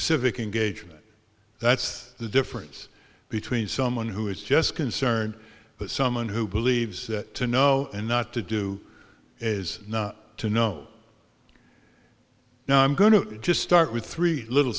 civic engagement that's the difference between someone who is just concerned but someone who believes that to know and not to do is not to know now i'm going to just start with three little